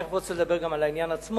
תיכף אני רוצה לדבר גם על העניין עצמו,